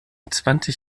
zwanzig